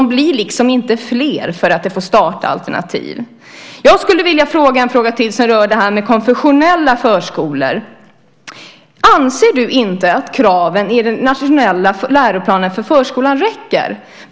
Barnen blir inte fler bara för att man får starta alternativa former. Jag skulle vilja ta upp en sak till som rör de konfessionella förskolorna. Anser inte Mikael Damberg att kraven i den nationella läroplanen för förskolan räcker?